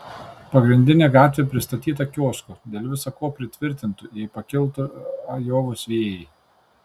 pagrindinė gatvė pristatyta kioskų dėl visa ko pritvirtintų jei pakiltų ajovos vėjai